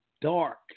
dark